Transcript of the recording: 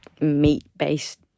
meat-based